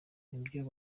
nibyo